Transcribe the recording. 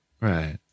Right